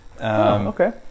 Okay